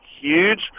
huge